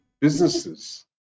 businesses